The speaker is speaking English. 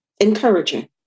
encouraging